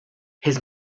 his